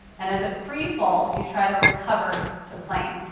and as it free-falls, you try to recover the plane.